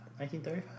1935